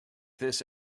this